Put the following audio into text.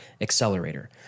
Accelerator